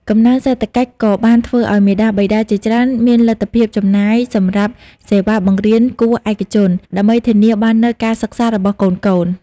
កំណើនសេដ្ឋកិច្ចក៏បានធ្វើឲ្យមាតាបិតាជាច្រើនមានលទ្ធភាពចំណាយសម្រាប់សេវាបង្រៀនគួរឯកជន ដើម្បីធានាបាននូវការសិក្សារបស់កូនៗ។